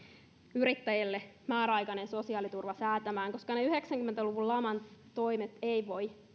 yrittäjille määräaikainen sosiaaliturva säätämään koska ne yhdeksänkymmentä luvun laman toimet eivät voi